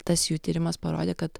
tas jų tyrimas parodė kad